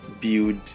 build